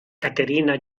caterina